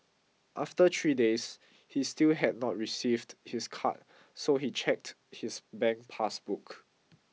after three days he still had not received his card so he checked his bank pass book